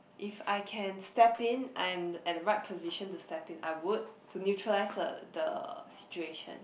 if I can step in I'm at a right position to step in I would to neutralize the the situation